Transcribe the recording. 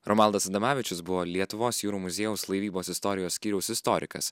romaldas adomavičius buvo lietuvos jūrų muziejaus laivybos istorijos skyriaus istorikas